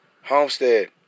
Homestead